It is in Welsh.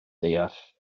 deall